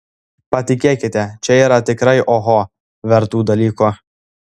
patikėkite čia yra tikrai oho vertų dalykų